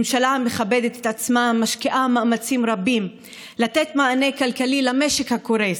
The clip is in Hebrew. ממשלה המכבדת את עצמה משקיעה מאמצים רבים לתת מענה כלכלי למשק הקורס,